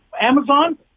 Amazon